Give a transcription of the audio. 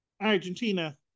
Argentina